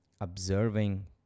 observing